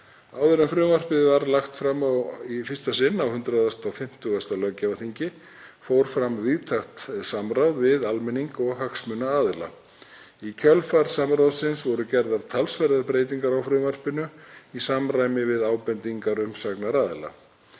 Áður en frumvarpið var lagt fram í fyrsta sinn, á 150. löggjafarþingi, fór fram víðtækt samráð við almenning og hagsmunaaðila. Í kjölfar samráðsins voru gerðar talsverðar breytingar á frumvarpinu í samræmi við ábendingar umsagnaraðila.